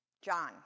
John